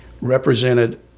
represented